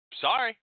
Sorry